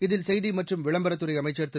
இதில் செய்தி மற்றும் விளம்பரத்துறை அமைச்சர் திரு